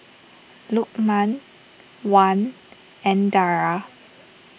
Lukman Wan and Dara